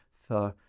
for,